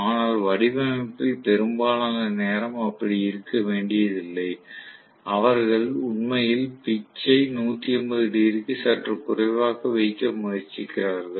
ஆனால் வடிவமைப்பில் பெரும்பாலான நேரம் அப்படி இருக்க வேண்டியதில்லை அவர்கள் உண்மையில் பிட்ச் ஐ 180 டிகிரிக்கு சற்று குறைவாக வைக்க முயற்சிக்கிறார்கள்